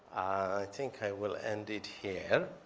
i think i will end it here.